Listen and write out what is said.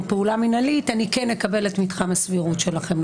פעולה מנהלית אני כן אקבל את מתחם הסבירות שלכם,